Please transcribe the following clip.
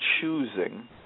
choosing